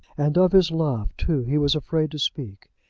and of his love, too, he was afraid to speak.